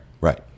right